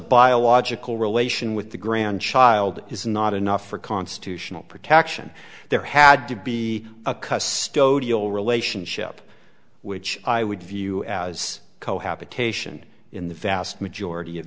biological relation with the grandchild is not enough for constitutional protection there had to be a cuss stowed ial relationship which i would view as cohabitation in the vast majority of